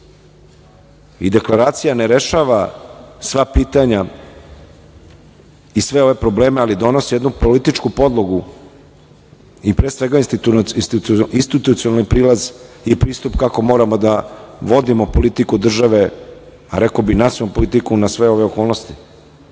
Deklaracija ne rešava sva pitanja i sve ove probleme, ali donosi jednu političku podlogu i pre svega institucionalni prilaz i pristup kako moramo da vodimo politiku države, a rekao bih nacionalnu politiku na sve okolnosti,